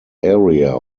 area